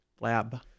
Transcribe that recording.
Lab